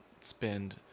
spend